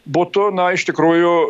būtų iš tikrųjų